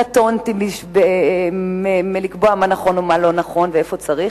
קטונתי מלקבוע מה נכון ומה לא נכון ואיפה צריך,